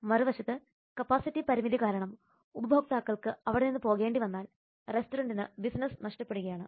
മറുവശത്ത് കപ്പാസിറ്റി പരിമിതി കാരണം ഉപഭോക്താക്കൾക്ക് അവിടെ നിന്ന് പോകേണ്ടി വന്നാൽ റെസ്റ്റോറന്റിന് ബിസിനസ്സ് നഷ്ടപ്പെടുകയാണ്